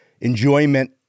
enjoyment